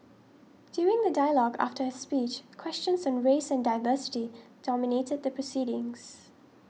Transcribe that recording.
during the dialogue after his speech questions on race and diversity dominated the proceedings